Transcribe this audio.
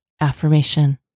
affirmation